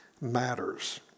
matters